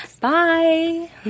Bye